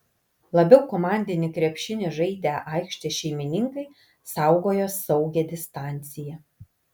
labiau komandinį krepšinį žaidę aikštės šeimininkai saugojo saugią distanciją